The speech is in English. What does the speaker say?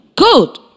Good